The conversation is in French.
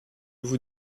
vous